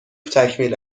تکمیل